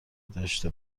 داشته